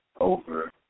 over